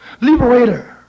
liberator